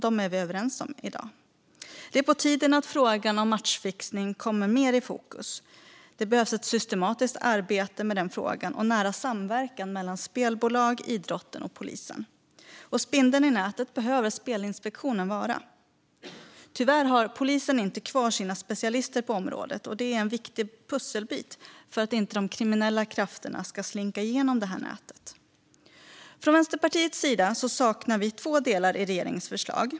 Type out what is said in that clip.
Dem är vi överens om i dag. Det är på tiden att frågan om matchfixning kommer mer i fokus. Det behövs ett systematiskt arbete med den frågan och nära samverkan mellan spelbolag, idrotten och polisen. Spindeln i nätet behöver Spelinspektionen vara. Tyvärr har polisen inte kvar sina specialister på området, och det är en viktig pusselbit för att inte de kriminella krafterna ska slinka igenom nätet. Från Vänsterpartiets sida saknar vi två delar i regeringens förslag.